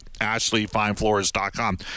ashleyfinefloors.com